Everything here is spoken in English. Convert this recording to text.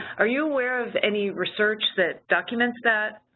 are you aware of any research that documents that?